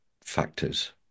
factors